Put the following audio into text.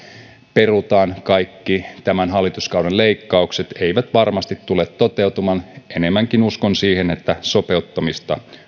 perutaan kaikki tämän hallituskauden leikkaukset eivät varmasti tule toteutumaan enemmänkin uskon siihen että sopeuttamista